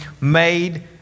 made